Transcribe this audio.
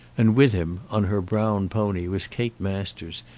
and with him, on her brown pony, was kate masters,